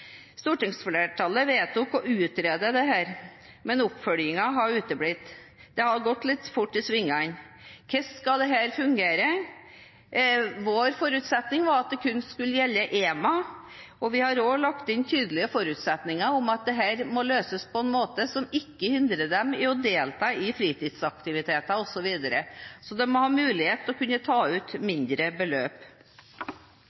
har gått litt fort i svingene. Hvordan skal dette fungere? Vår forutsetning var at det kun skulle gjelde enslige mindreårige asylsøkere, og vi har også lagt inn tydelige forutsetninger om at dette må løses på en måte som ikke hindrer dem i å delta i fritidsaktiviteter osv., så de må ha mulighet til å kunne ta ut